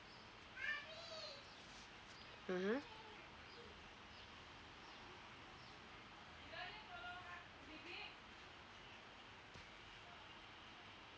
mmhmm